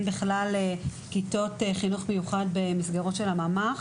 בכלל כיתות חינוך מיוחד במסגרות של הממ"ח